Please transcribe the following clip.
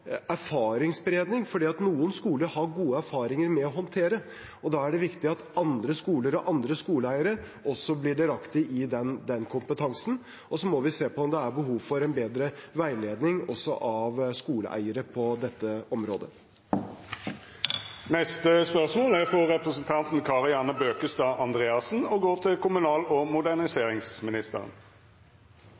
noen skoler har gode erfaringer med å håndtere dette. Da er det viktig at andre skoler og andre skoleeiere også blir delaktig i den kompetansen. Og vi må se på om det er behov for en bedre veiledning av skoleeiere på dette området. «Ordningen for utbetaling av tilskudd til frivilligsentraler skal som kjent endres fra 2021. Da skal det utbetales pr. innbygger og